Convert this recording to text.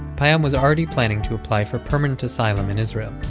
payam was already planning to apply for permanent asylum in israel.